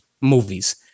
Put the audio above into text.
movies